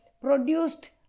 produced